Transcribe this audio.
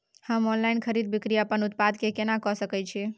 हम ऑनलाइन खरीद बिक्री अपन उत्पाद के केना के सकै छी?